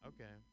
Okay